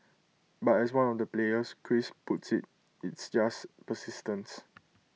but as one of the players Chris puts IT it's just persistence